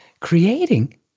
creating